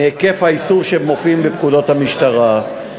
מהיקף האיסור שמופיע בפקודות המשטרה.